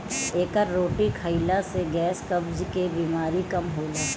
एकर रोटी खाईला से गैस, कब्ज के बेमारी कम होला